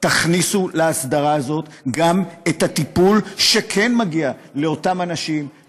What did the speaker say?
תכניסו להסדרה הזאת גם את הטיפול שכן מגיע לאותם אנשים,